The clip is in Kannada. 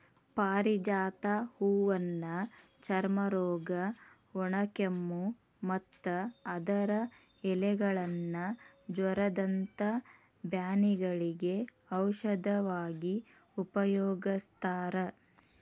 ಪಾರಿಜಾತ ಹೂವನ್ನ ಚರ್ಮರೋಗ, ಒಣಕೆಮ್ಮು, ಮತ್ತ ಅದರ ಎಲೆಗಳನ್ನ ಜ್ವರದಂತ ಬ್ಯಾನಿಗಳಿಗೆ ಔಷಧವಾಗಿ ಉಪಯೋಗಸ್ತಾರ